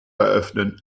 eröffnen